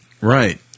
right